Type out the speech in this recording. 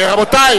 רבותי,